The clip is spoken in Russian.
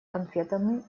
конфетами